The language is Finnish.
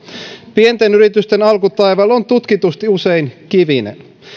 pienten yritysten alkutaival on tutkitusti usein kivinen